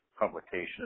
publication